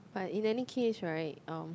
but in any case [right] um